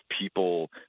people